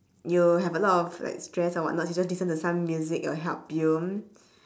you have a lot of like stress of what not he say listen to some music will help you